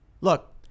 Look